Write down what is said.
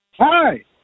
Hi